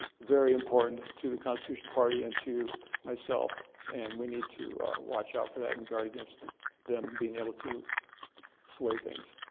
very important to the constitution party and to myself. and we need to watch out for that and guard against them being able to sway things.